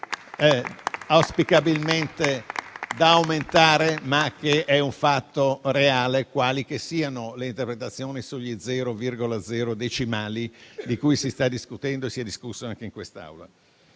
auspicabilmente da aumentare, ma è un fatto reale, quali che siano le interpretazioni sui numeri decimali di cui si sta discutendo e si è discusso anche in quest'Aula.